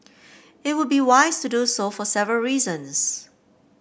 it would be wise to do so for several reasons